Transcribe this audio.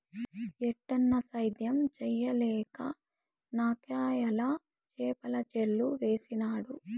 ఏటన్నా, సేద్యం చేయలేక నాకయ్యల చేపల చెర్లు వేసినాడ